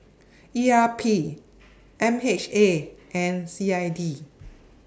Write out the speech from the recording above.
E R P M H A and C I D